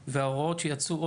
ההורים.